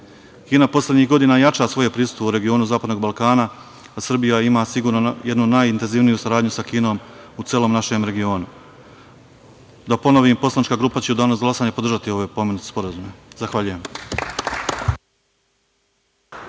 poslednjih godina jača svoje prisustvo u regionu Zapadnog Balkana, a Srbija ima sigurno jednu najintenzivniju saradnju sa Kinom u celom našem regionu. Da ponovim, poslanička grupa će u danu za glasanje podržati ove pomenute sporazume. Zahvaljujem.